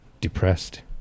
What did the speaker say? depressed